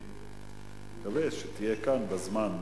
אני מקווה שהיא תהיה כאן בזמן.